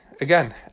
again